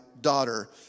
daughter